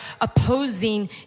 opposing